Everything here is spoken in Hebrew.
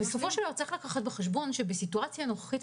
צריך לקחת בחשבון שבסיטואציה הנוכחית,